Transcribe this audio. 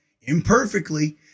imperfectly